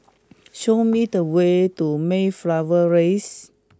show me the way to Mayflower Raise